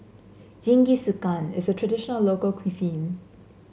jingisukan is a traditional local cuisine